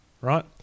right